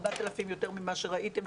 4,000 יותר ממה שראיתם,